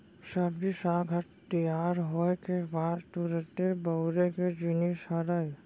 सब्जी साग ह तियार होए के बाद तुरते बउरे के जिनिस हरय